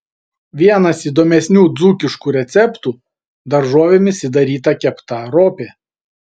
vienas įdomesnių dzūkiškų receptų daržovėmis įdaryta kepta ropė